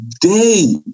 day